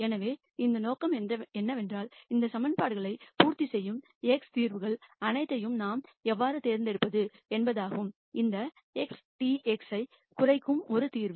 எனவே இந்த நோக்கம் என்னவென்றால் இந்த ஈகிவேஷன்களை பூர்த்தி செய்யும் x தீர்வுகள் அனைத்தையும் நான் எவ்வாறு தேர்ந்தெடுப்பது என்பதாகும் இந்த xTx ஐக் குறைக்கும் ஒரு தீர்வு